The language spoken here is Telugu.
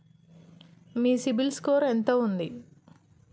మీ సిబిల్ స్కోర్ ఎంత ఉంది?